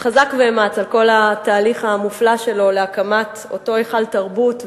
חזק ואמץ על כל התהליך המופלא שלו להקמת אותו היכל תרבות,